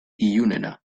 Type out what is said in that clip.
ilunena